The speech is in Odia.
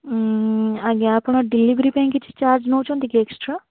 ଆଜ୍ଞା ଆପଣ ଡେଲିଭରି ପାଇଁ କିଛି ଚାର୍ଜ ନେଉଛନ୍ତି କି ଏକ୍ସଟ୍ରା